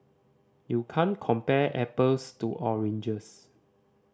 you can't compare apples to oranges